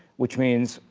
which means,